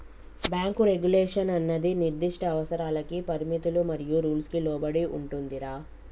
bank regulation అన్నది నిర్దిష్ట అవసరాలకి పరిమితులు మరియు రూల్స్ కి లోబడి ఉంటుందిరా